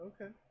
okay